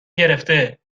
گرفته